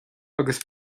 agus